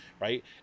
Right